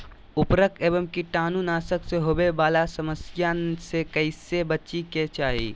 उर्वरक एवं कीटाणु नाशक से होवे वाला समस्या से कैसै बची के चाहि?